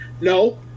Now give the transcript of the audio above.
No